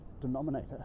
denominator